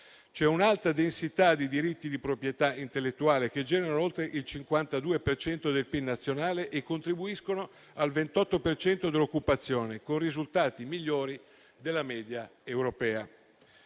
C'è un'alta densità di diritti di proprietà intellettuale, che generano oltre il 52 per cento dei PIL nazionale e contribuiscono al 28 per cento dell'occupazione, con risultati migliori della media europea.